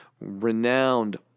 renowned